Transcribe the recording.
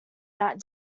that